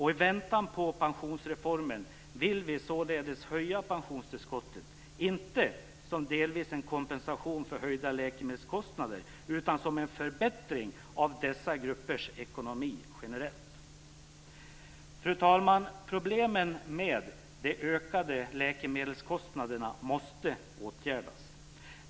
I väntan på pensionsreformen vill vi således höja pensionstillskottet, inte som delvis en kompensation för höjda läkemedelskostnader utan som en förbättring av dessa gruppers ekonomi generellt. Fru talman! Problemen med de ökade läkemedelskostnaderna måste åtgärdas.